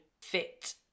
fit